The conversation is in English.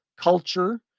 culture